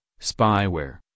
spyware